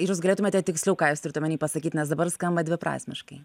ir jūs galėtumėte tiksliau ką jūs turit omeny pasakyt nes dabar skamba dviprasmiškai